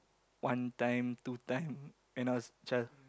one time two time when I was a child